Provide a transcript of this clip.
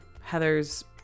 Heather's